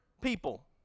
people